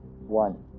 One